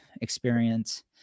experience